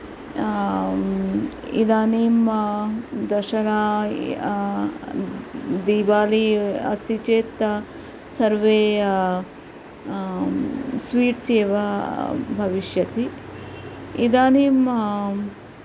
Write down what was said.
इदानीं दशरा दिवालि अस्ति चेत् सर्वे स्वीट्स् एव भविष्यति इदानिं